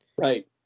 Right